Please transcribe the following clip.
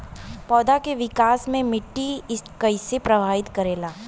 पौधा के विकास मे मिट्टी कइसे प्रभावित करेला?